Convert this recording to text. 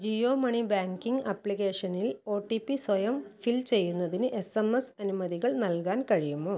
Jio money banking ആപ്ലിക്കേഷനിൽ O T P സ്വയം fill ചെയ്യുന്നതിന് എസ് എം എസ് അനുമതികൾ നൽകാൻ കഴിയുമോ